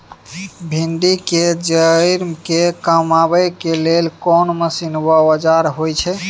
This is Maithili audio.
भिंडी के जईर के कमबै के लेल कोन मसीन व औजार होय छै?